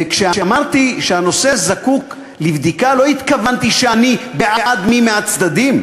וכשאמרתי שהנושא זקוק לבדיקה לא התכוונתי שאני בעד מי מהצדדים,